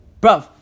Bro